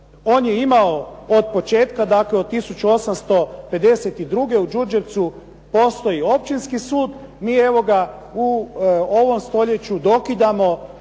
On je imao od početka dakle, od 1852. u Đurđevcu postoji općinski sud. Mi evo ga u ovom stoljeću dokidamo